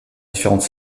différentes